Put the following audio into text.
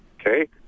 okay